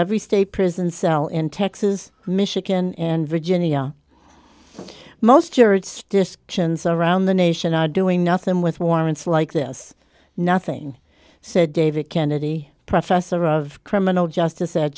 every state prison cell in texas michigan and virginia most tourists discussions around the nation are doing nothing with warrants like this nothing said david kennedy professor of criminal justice at